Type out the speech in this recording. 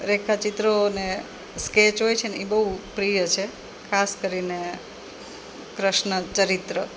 રેખાચિત્રો ને સ્કેચ હોય છે ને એ બહુ પ્રિય છે ખાસ કરીને કૃષ્ણચરિત્ર